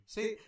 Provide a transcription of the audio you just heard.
See